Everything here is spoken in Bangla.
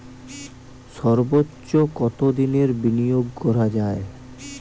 সর্বোচ্চ কতোদিনের বিনিয়োগ করা যায়?